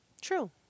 True